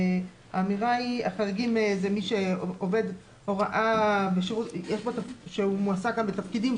האמירה היא שהחריגים הוא עובד הוראה שמועסק בתפקידים,